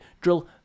drill